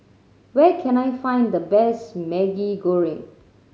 where can I find the best Maggi Goreng